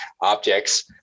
objects